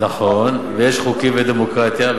נכון, ויש חוקים בדמוקרטיה.